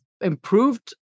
improved